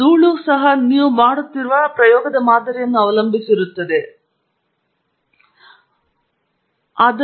ಆದ್ದರಿಂದ ಧೂಳು ನೀವು ಮತ್ತೊಮ್ಮೆ ನೀವು ಬಳಸುತ್ತಿರುವ ಮಾದರಿಯನ್ನು ಅವಲಂಬಿಸಿರುತ್ತದೆ ಮತ್ತು ಇದು ಮಾದರಿಯ ವಿವರಣೆಯನ್ನು ಅವಲಂಬಿಸಿರುತ್ತದೆ